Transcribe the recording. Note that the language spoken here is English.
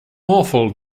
awful